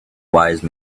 wise